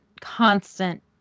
constant